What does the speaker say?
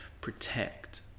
protect